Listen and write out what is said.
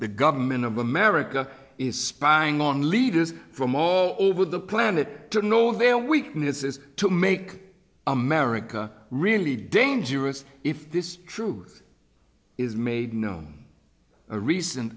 the government of america is spying on leaders from all over the planet to know their weaknesses to make america really dangerous if this truth is made known a recent